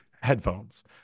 headphones